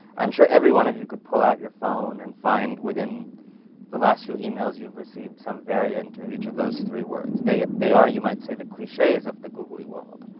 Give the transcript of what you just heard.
i'm sure every one of you could pull out your phone and find within the last two emails you've received, some variant of each of those three words. they they are, you might say, the cliches of the googley world.